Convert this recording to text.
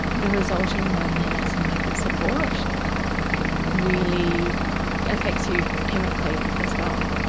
the resulting loneliness and lack of support really affects you chemically as well.